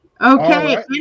Okay